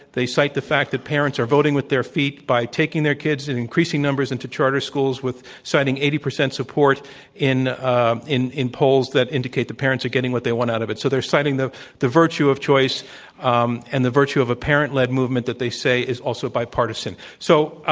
they cite the fact that parents are voting with their feet by taking their kids in increasing numbers into charter schools with citing eighty percent support in ah in polls that indicate the parents are getting what they want out of it. so, they're citing the the virtue of choice um and the virtue of a parent-led movement that they say is also bipartisan. so,